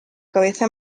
cabeza